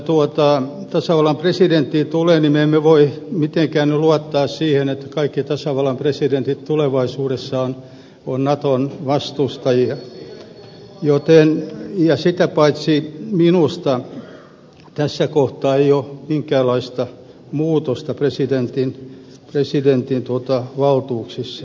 mitä tasavallan presidenttiin tulee me emme voi mitenkään luottaa siihen että kaikki tasavallan presidentit tulevaisuudessa ovat naton vastustajia ja sitä paitsi minusta tässä kohtaa ei ole minkäänlaista muutosta presidentin valtuuksissa